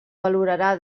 valorarà